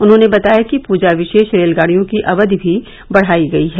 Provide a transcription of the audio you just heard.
उन्होंने बताया कि पूजा विशेष रेलगाड़ियों की अवधि भी बढ़ाई गई है